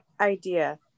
idea